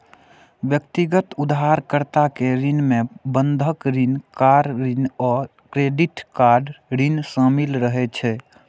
व्यक्तिगत उधारकर्ता के ऋण मे बंधक ऋण, कार ऋण आ क्रेडिट कार्ड ऋण शामिल रहै छै